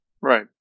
Right